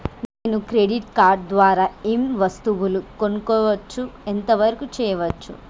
నేను credit card ద్వారా ఏం వస్తువులు కొనుక్కోవచ్చు ఎంత వరకు చేయవచ్చు?